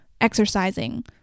exercising